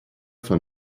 von